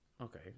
Okay